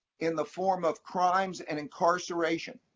in the form of crimes and incarceration.